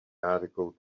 article